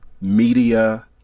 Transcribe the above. media